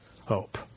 hope